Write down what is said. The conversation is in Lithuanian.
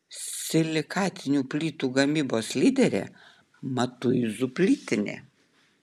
silikatinių plytų gamybos lyderė matuizų plytinė